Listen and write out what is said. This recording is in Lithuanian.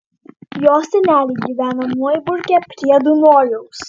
jo seneliai gyvena noiburge prie dunojaus